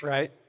Right